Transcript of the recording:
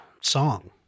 song